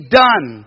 done